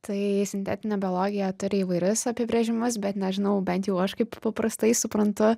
tai sintetinė biologija turi įvairius apibrėžimus bet nežinau bent jau aš kaip paprastai suprantu